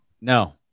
no